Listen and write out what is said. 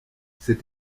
cette